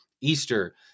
Easter